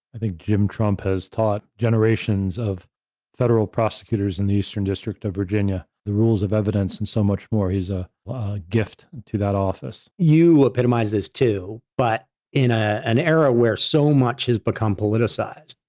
i think jim trump has taught generations of federal prosecutors in the eastern district of virginia, the rules of evidence and so much more as a gift to that office. you epitomize this too, but in ah an era where so much has become politicized,